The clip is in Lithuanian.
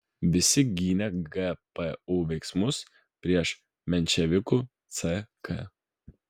visi gynė gpu veiksmus prieš menševikų ck